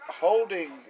holding